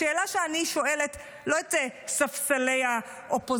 השאלה שאני שואלת, לא את ספסלי האופוזיציה,